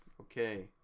Okay